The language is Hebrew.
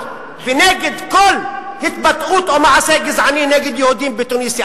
ונגד כל התבטאות או מעשה גזעני נגד יהודים בתוניסיה.